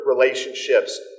relationships